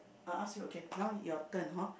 I ask you okay now your turn hor